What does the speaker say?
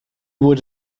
would